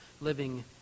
living